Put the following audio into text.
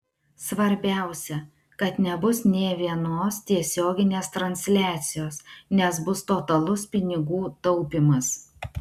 svarbiausia kad nebus nė vienos tiesioginės transliacijos nes bus totalus pinigų taupymas